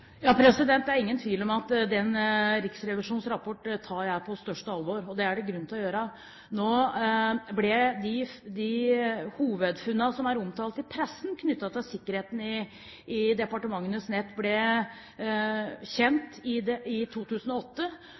Det er ingen tvil om at jeg tar Riksrevisjonens rapport på største alvor – og det er det grunn til å gjøre. Nå ble hovedfunnene, som ble omtalt i pressen, knyttet til sikkerheten i departementenes nett kjent i 2008. Da ble det i revidert nasjonalbudsjett i både 2008